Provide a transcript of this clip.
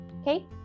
Okay